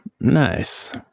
Nice